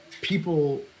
people